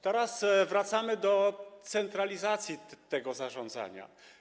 Teraz wracamy do centralizacji zarządzania.